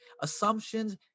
assumptions